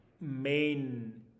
main